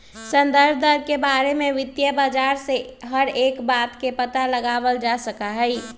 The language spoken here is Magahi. संदर्भ दर के बारे में वित्तीय बाजार से हर एक बात के पता लगावल जा सका हई